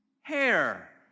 hair